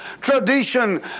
tradition